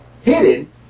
hidden